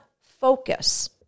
focus